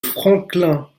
franklin